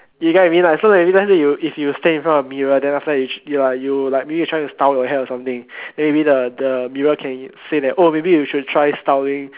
you get what I mean right so that means let's say you if you stand in front of the mirror then after that you like you like maybe you try to style your hair or something then maybe the the mirror can say that oh maybe you should try styling